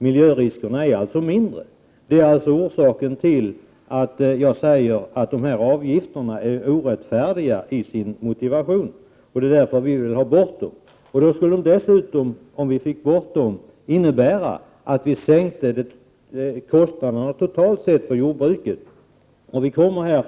Miljöriskerna är alltså mindre. Det är orsaken till att jag när det gäller att motivera avgifterna säger att dessa orättfärdiga. Det är också därför som vi vill ha bort avgifterna. Om vi fick bort dessa avgifter, skulle kostnaderna totalt sett kunna sänkas inom jordbruket.